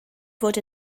fod